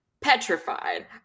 Petrified